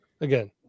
Again